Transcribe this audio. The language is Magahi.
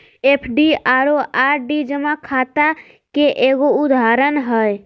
एफ.डी आरो आर.डी जमा खाता के एगो उदाहरण हय